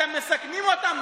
אתם מסכנים אותם.